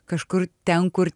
kažkur ten kur